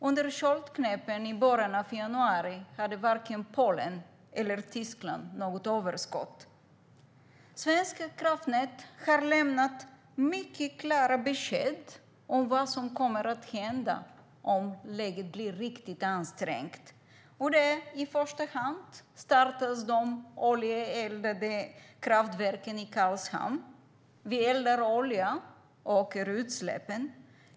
Under köldknäppen i början av januari hade varken Polen eller Tyskland något överskott. Svenska kraftnät lämnar mycket klara besked om vad som kommer att hända om läget blir riktigt ansträngt: I första hand startas de oljeeldade kraftverken i Karlshamn. Vi eldar olja och ökar utsläppen.